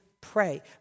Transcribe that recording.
pray